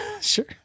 sure